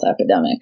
epidemic